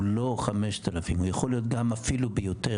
הוא לא 5,000 הוא יכול היות גם אפילו ביותר,